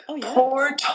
Poor